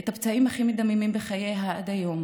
אחד הפצעים הכי מדממים בחייה עד היום